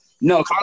No